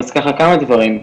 אז ככה כמה דברים,